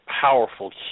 powerful